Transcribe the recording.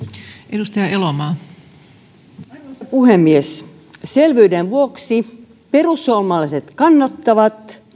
arvoisa puhemies selvyyden vuoksi perussuomalaiset kannattavat